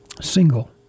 single